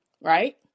right